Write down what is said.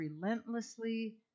relentlessly